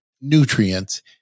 nutrients